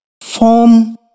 Form